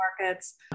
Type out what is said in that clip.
markets